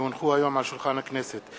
כי הונחו היום על שולחן הכנסת,